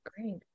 Great